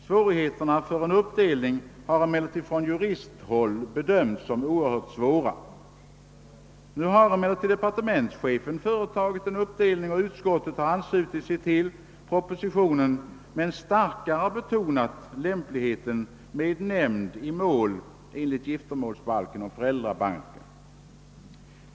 Svårigheterna för en uppdelning bedömdes dock på juristhåll som oerhört stora. Nu har emellertid departementschefen företagit en uppdelning, och utskottet har anslutit sig till propositionen men starkare betonat lämpligheten med nämnd i mål enligt giftermålsbalken och föräldrabalken.